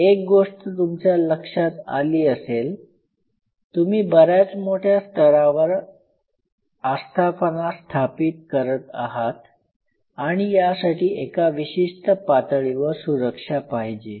एक गोष्ट तुमच्या लक्षात आली असेल तुम्ही बऱ्याच मोठ्या स्तरावर आस्थापना स्थापित करत आहात आणि यासाठी एका विशिष्ट पातळीवर सुरक्षा पाहिजे